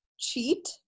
cheat